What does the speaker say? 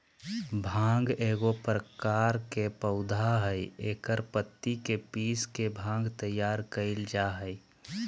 भांग एगो प्रकार के पौधा हइ एकर पत्ति के पीस के भांग तैयार कइल जा हइ